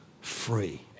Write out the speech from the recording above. free